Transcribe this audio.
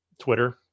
Twitter